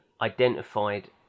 identified